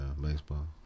baseball